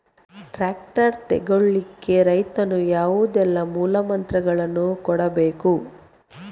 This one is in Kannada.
ಟ್ರ್ಯಾಕ್ಟರ್ ತೆಗೊಳ್ಳಿಕೆ ರೈತನು ಯಾವುದೆಲ್ಲ ಮೂಲಪತ್ರಗಳನ್ನು ಕೊಡ್ಬೇಕು?